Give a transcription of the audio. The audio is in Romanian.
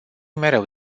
mereu